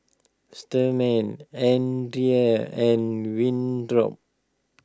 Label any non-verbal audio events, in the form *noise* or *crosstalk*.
*unintelligible* andria and Winthrop